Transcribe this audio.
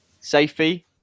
Safety